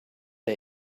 der